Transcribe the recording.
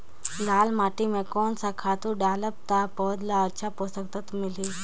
लाल माटी मां कोन सा खातु डालब ता पौध ला अच्छा पोषक तत्व मिलही?